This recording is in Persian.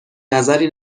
نظری